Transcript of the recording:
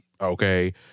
okay